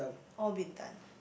all Bintan